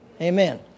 Amen